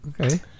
Okay